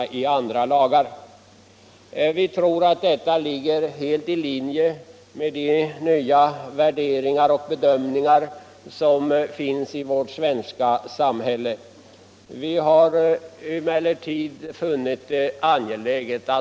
Vi tror inom utskottet att denna ändring ligger helt i linje med de nya värderingarna i det svenska samhället.